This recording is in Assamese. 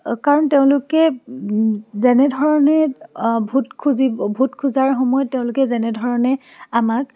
কাৰণ তেওঁলোকে যেনেধৰণে ভোট খুজিব ভোট খোজাৰ সময়ত তেওঁলোকে যেনেধৰণে আমাক